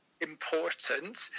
important